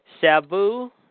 Sabu